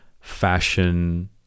fashion